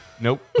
Nope